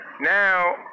now